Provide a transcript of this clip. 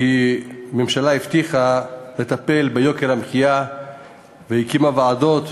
כי הממשלה הבטיחה לטפל ביוקר המחיה והקימה ועדות.